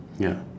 ya